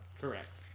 Correct